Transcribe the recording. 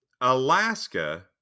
Alaska